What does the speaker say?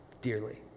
dearly